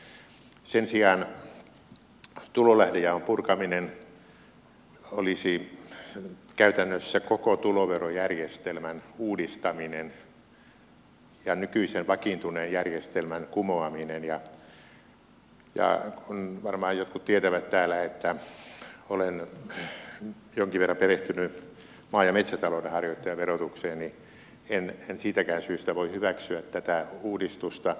sen sijaan tulolähdejaon purkaminen olisi käytännössä koko tuloverojärjestelmän uudistaminen ja nykyisen vakiintuneen järjestelmän kumoaminen ja kuten varmaan jotkut tietävät täällä olen jonkin verran perehtynyt maa ja metsätalouden harjoittajan verotukseen niin en siitäkään syystä voi hyväksyä tätä uudistusta